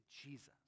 Jesus